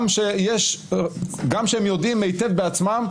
גם כשהם יודעים היטב בעצמם,